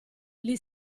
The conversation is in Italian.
gli